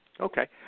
Okay